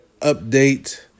update